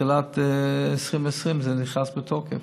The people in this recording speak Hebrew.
בתחילת 2020 הוא נכנס לתוקף.